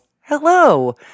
Hello